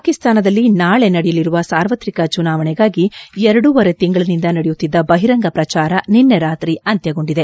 ಪಾಕಿಸ್ತಾನದಲ್ಲಿ ನಾಳೆ ನಡೆಯಲಿರುವ ಸಾರ್ವತ್ರಿಕ ಚುನಾವಣೆಗಾಗಿ ಎರಡೂವರೆ ತಿಂಗಳಿನಿಂದ ನಡೆಯುತ್ತಿದ್ದ ಬಹಿರಂಗ ಪ್ರಚಾರ ನಿನ್ನೆ ರಾತ್ರಿ ಅಂತ್ಯಗೊಂಡಿದೆ